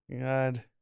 God